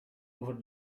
over